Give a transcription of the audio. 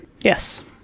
Yes